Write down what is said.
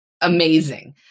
amazing